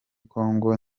congo